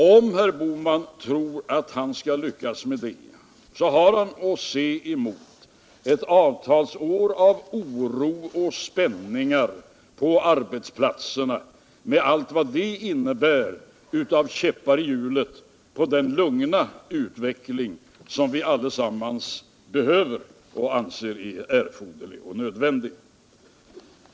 Om herr Bohman tror att han skall få rätt i sitt antagande, har han att se fram emot ett avtalsår med oro och spänningar på arbetsplatserna, med allt vad det innebär av käppar i hjulet på den lugna utveckling som vi allesammans behöver och anser nödvändig.